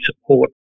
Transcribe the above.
support